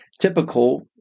typical